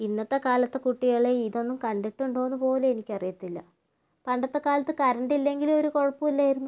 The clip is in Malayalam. ഇന്നത്തെക്കാലത്തെ കുട്ടികളെ ഇതൊന്നും കണ്ടിട്ടുണ്ടോന്നു പോലും എനിക്കറിയത്തില്ല പണ്ടത്തെകാലത്ത് കറൻ്റ് ഇല്ലെങ്കിലും ഒരു കുഴപ്പവും ഇല്ലായിരുന്നു